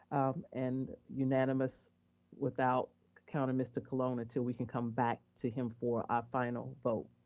and unanimous without counting mr. colon until we can come back to him for our final vote.